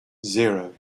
zero